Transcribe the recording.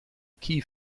key